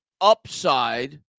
upside